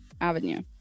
avenue